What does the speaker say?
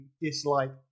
dislike